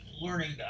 learning